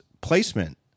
placement